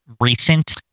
recent